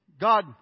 God